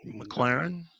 McLaren